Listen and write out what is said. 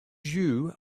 you